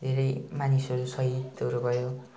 धेरै मानिसहरू सहिदहरू भयो